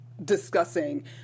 discussing